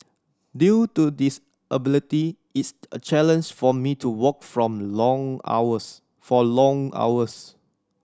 due to disability it's a challenge for me to walk from long hours for long hours